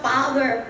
Father